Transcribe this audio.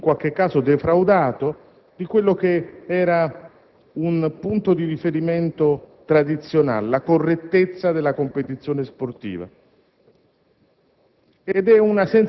ingannato, in qualche caso defraudato di un punto di riferimento tradizionale: la correttezza della competizione sportiva.